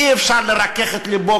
אי-אפשר לרכך את לבו,